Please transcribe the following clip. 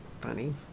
funny